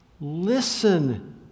listen